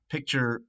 Picture